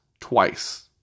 twice